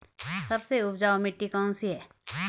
सबसे उपजाऊ मिट्टी कौन सी है?